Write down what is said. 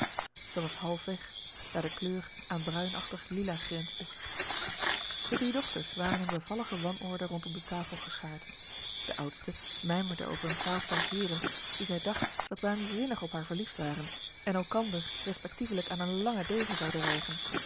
was halfweg daar de kleur aan bruinachtig lila grensde de drie dochters waren in bevallige wanorde rondom de tafel geschaard de oudste mijmerde over een twaalftal heeren die zij dacht dat waanzinnig op haar verliefd waren en elkander respectievelijk aan een langen degen zouden rijgen